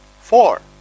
Four